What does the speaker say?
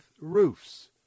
roofs